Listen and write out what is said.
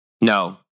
No